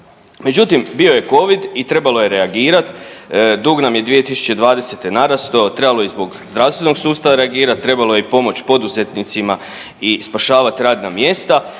Međutim, bio je covid i trebalo je reagirat, dug nam je 2020. narastao, trebalo je i zbog zdravstvenog sustava reagirat, trebalo je i pomoć poduzetnicima i spašavat radna mjesta,